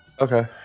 Okay